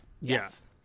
Yes